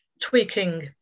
tweaking